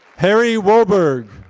harry wolberg.